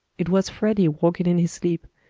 it was freddie, walking in his sleep.